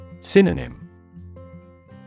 Synonym